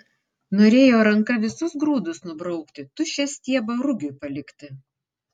norėjo ranka visus grūdus nubraukti tuščią stiebą rugiui palikti